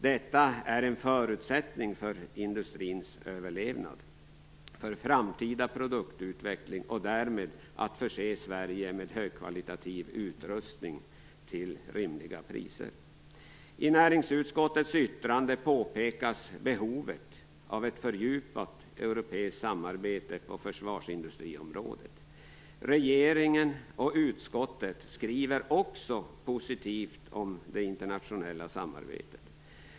Detta är en förutsättning för industrins överlevnad, för framtida produktutveckling och för att man skall kunna förse Sverige med högkvalitativ utrustning till rimliga priser. I näringsutskottets yttrande påpekas behovet av ett fördjupat europeiskt samarbete på försvarsindustriområdet. Regeringen och utskottet skriver också positivt om det internationella samarbetet.